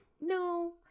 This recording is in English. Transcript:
No